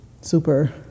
super